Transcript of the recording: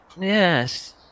Yes